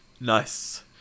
Nice